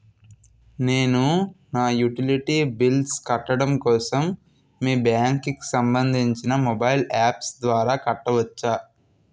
నేను నా utility bills కట్టడం కోసం మీ బ్యాంక్ కి సంబందించిన మొబైల్ అప్స్ ద్వారా కట్టవచ్చా?